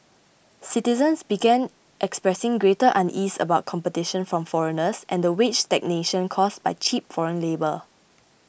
citizens began expressing greater unease about competition from foreigners and the wage stagnation caused by cheap foreign labour